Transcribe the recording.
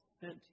sent